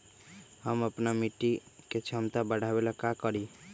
हम अपना मिट्टी के झमता बढ़ाबे ला का करी?